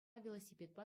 велосипедпа